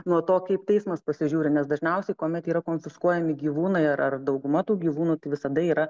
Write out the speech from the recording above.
nuo to kaip teismas pasižiūri nes dažniausiai kuomet yra konfiskuojami gyvūnai ar ar dauguma tų gyvūnų tai visada yra